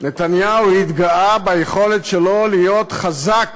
נתניהו התגאה ביכולת שלו להיות חזק